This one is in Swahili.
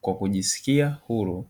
kwa kujiskia huru.